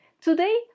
Today